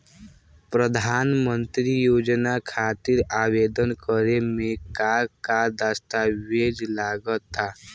प्रधानमंत्री योजना खातिर आवेदन करे मे का का दस्तावेजऽ लगा ता?